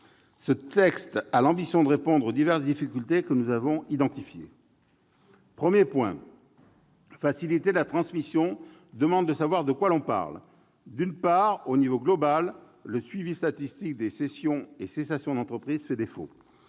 sous-tendu par l'ambition de répondre aux diverses difficultés que nous avons identifiées. En premier lieu, faciliter la transmission demande de savoir de quoi l'on parle. D'une part, au niveau global, le suivi statistique des cessions et cessations d'entreprises fait défaut.